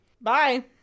Bye